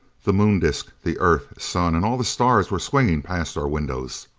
the moon disc, the earth, sun and all the stars were swinging past our windows.